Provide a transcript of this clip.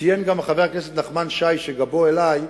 ציין גם חבר הכנסת נחמן שי, שגבו אלי,